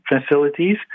facilities